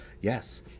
yes